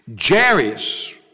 Jairus